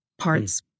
Parts